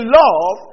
love